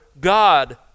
God